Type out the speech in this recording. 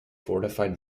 fortified